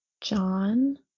John